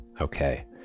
Okay